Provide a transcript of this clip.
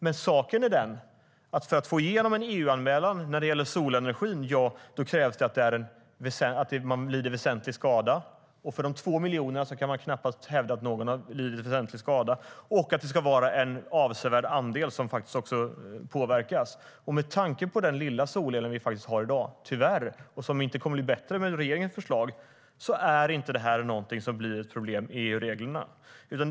Men för att få igenom en EU-anmälan när det gäller solenergi krävs det att man lider väsentlig skada - för de 2 miljonerna kan man knappast hävda att någon har lidit väsentlig skada - och att det är en avsevärd andel som påverkas. Med tanke på den lilla solel vi har i dag - tyvärr, och det kommer inte att bli bättre med regeringens förslag - blir det inte något problem med EU-reglerna.